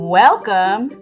welcome